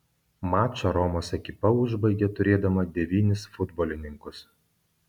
mačą romos ekipa užbaigė turėdama devynis futbolininkus